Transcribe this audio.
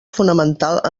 fonamental